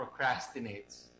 procrastinates